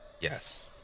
Yes